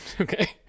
okay